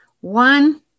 One